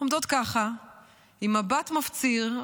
עומדות ככה עם מבט מפציר,